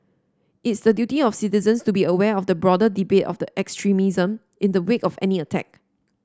it's the duty of citizens to be aware of the broader debate of the extremism in the wake of any attack